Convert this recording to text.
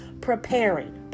preparing